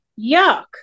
Yuck